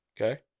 Okay